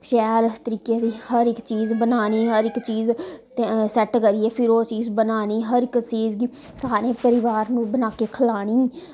शैल तरीके दी हर इक चीज़ बनान्नी हर इक चीज़ सैट करियै फिर ओह् चीज़ बनानी हर इक चीज़ गी सारे परिवार नु बना के खलानी